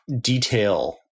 detail